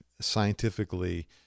scientifically